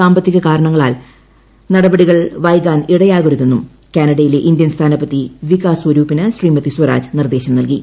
സാമ്പത്തിക കാരണങ്ങളാൽ നൂടപ്പട്ടികൾ വൈകാനിടയാകരുതെന്നും കാനഡയിലെ ഇന്ത്യൻ ീസ്ഥാനപതി വികാസ് സ്വരൂപിന് ശ്രീമതി സ്വരാജ് നിർദ്ദേശം നൽകി